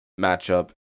matchup